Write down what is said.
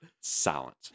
Silence